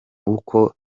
uko